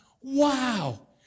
Wow